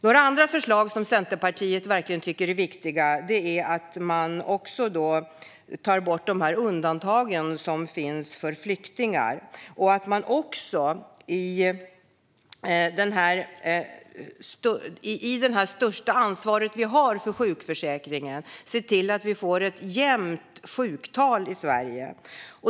Några andra förslag som Centerpartiet verkligen tycker är viktiga är att man tar bort de undantag som finns för flyktingar och att man också när det gäller det största ansvar som vi har för sjukförsäkringen ser till att vi får sjuktal på en jämn nivå i Sverige.